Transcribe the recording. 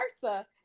versa